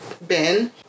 ben